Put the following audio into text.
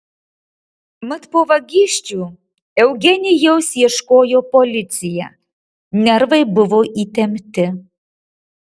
mat po vagysčių eugenijaus ieškojo policija nervai buvo įtempti